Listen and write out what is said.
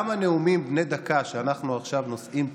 גם נאומים בני דקה שאנחנו עכשיו נושאים פה,